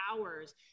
hours